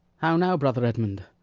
how now, brother edmund!